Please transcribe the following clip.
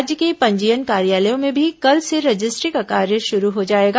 राज्य के पंजीयन कार्यालयों में भी कल से रजिस्ट्री का कार्य शुरू हो जाएगा